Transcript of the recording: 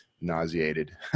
nauseated